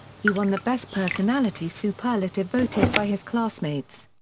he won the best personality superlative voted by his classmates.